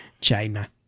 China